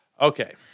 Okay